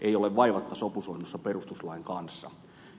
ei ole vaivatta sopusoinnussa perustuslain kanssa